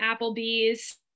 applebee's